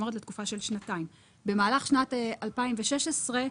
במהלך שנת 2016,